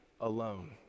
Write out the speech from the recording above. alone